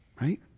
Right